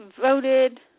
voted